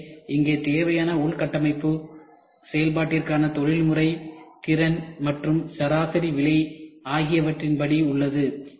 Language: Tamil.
எனவே இங்கே தேவையான உள்கட்டமைப்பு செயல்பாட்டுக்கான தொழில்முறை திறன் மற்றும் சராசரி விலை ஆகியவற்றின் படி உள்ளது